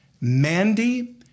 Mandy